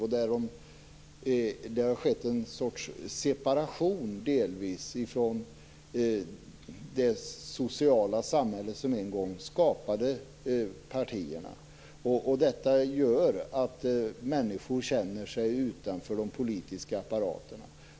Det har delvis skett en sorts separation från det sociala samhälle som en gång skapade partierna. Detta gör att människor känner sig utanför de politiska apparaterna.